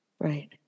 right